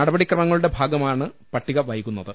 നടപടി ക്രമങ്ങളുടെ ഭാഗമാണ് പട്ടിക വൈകു ന്നത്